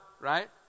right